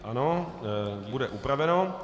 Ano, bude upraveno.